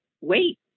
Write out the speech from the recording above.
Wait